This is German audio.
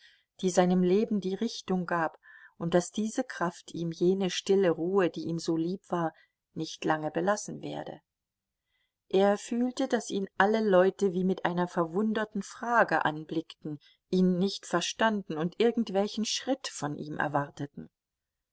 die seinem leben die richtung gab und daß diese kraft ihm jene stille ruhe die ihm so lieb war nicht lange belassen werde er fühlte daß ihn alle leute wie mit einer verwunderten frage anblickten ihn nicht verstanden und irgendwelchen schritt von ihm erwarteten